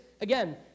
Again